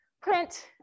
print